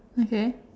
okay